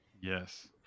Yes